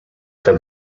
for